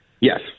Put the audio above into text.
Yes